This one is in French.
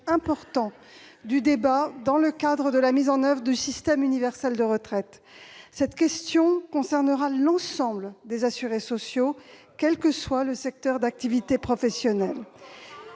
importants du débat dans le cadre de la mise en oeuvre de système universel de retraite. Cette question concernera l'ensemble des assurés sociaux, quel que soit le secteur d'activité professionnelle.